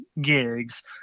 gigs